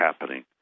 happening